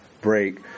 break